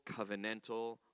covenantal